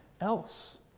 else